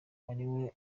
ariwe